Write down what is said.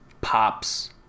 pops